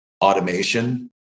automation